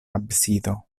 absido